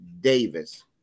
Davis